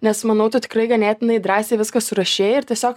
nes manau tu tikrai ganėtinai drąsiai viską surašei ir tiesiog